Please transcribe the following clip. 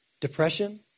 depression